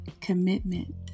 commitment